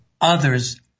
others